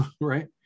Right